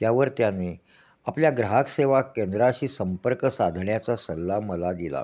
त्यावर त्याने आपल्या ग्राहक सेवा केंद्राशी संपर्क साधण्याचा सल्ला मला दिला